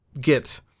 get